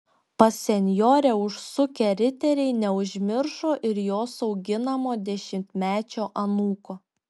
pas senjorę užsukę riteriai neužmiršo ir jos auginamo dešimtmečio anūko